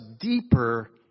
deeper